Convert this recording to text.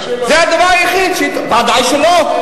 זה הדבר היחיד, ודאי שלא, ודאי שלא?